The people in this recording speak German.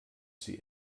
sie